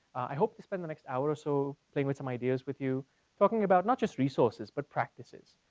i hope to spend the next hour or so playing with some ideas with you talking about not just resources but practices.